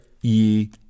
ye